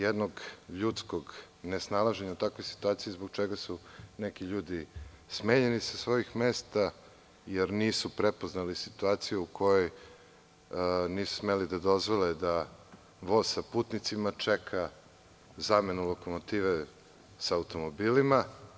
Jednog ljudskog nesnalaženja u takvoj situaciji zbog čega su neki ljudi smenjeni sa svojih mesta, jer nisu prepoznali situaciju u kojoj nisu smeli da dozvole da voz sa putnicima čeka zamenu lokomotive sa automobilima.